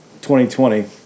2020